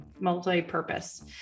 multi-purpose